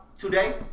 Today